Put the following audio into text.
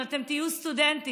אבל אתם תהיו סטודנטים,